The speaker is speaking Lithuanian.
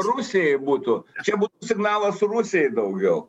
rusijai būtų čia būtų signalas rusijai daugiau